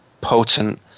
potent